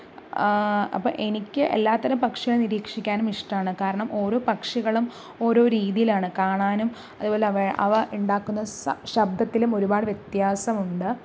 അപ്പോൾ എനിക്ക് എല്ലാത്തരം പക്ഷികളെ നിരീക്ഷിക്കാനും ഇഷ്ടമാണ് കാരണം ഓരോ പക്ഷികളും ഓരോ രീതിയിലാണ് കാണാനും അതുപോലെ അവ അവ ഉണ്ടാക്കുന്ന ശബ്ദത്തിലും ഒരുപാട് വത്യാസം ഉണ്ട്